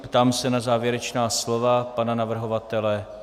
Ptám se na závěrečná slova pana navrhovatele.